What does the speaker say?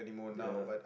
ya